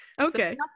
Okay